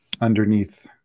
underneath